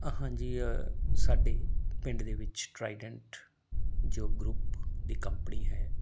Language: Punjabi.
ਹਾਂਜੀ ਸਾਡੇ ਪਿੰਡ ਦੇ ਵਿੱਚ ਟਰਾਈਡੈਂਟ ਜੋ ਗਰੁੱਪ ਦੀ ਕੰਪਨੀ ਹੈ